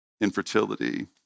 infertility